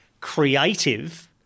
creative